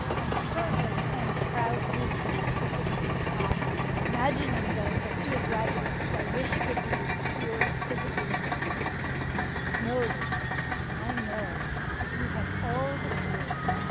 and certainly any proud dean looking imagining the the sea of graduates who i wish could be here physically in person i know that you have all the tools,